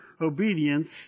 obedience